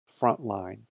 Frontline